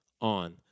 on